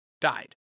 died